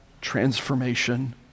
transformation